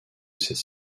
cette